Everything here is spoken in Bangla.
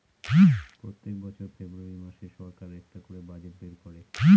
প্রত্যেক বছর ফেব্রুয়ারী মাসে সরকার একটা করে বাজেট বের করে